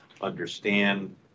understand